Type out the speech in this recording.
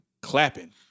clapping